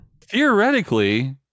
theoretically